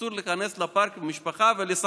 אסור להיכנס לפארק עם המשפחה ולשחק.